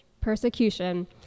persecution